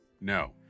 No